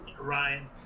Ryan